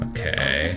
Okay